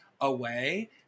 away